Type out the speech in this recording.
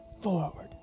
Forward